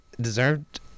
deserved